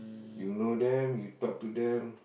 you know them you talk to them